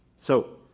so,